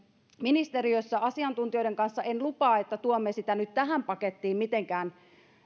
ministeriössä asiantuntijoiden kanssa en lupaa että tuomme sitä nyt tähän pakettiin mitenkään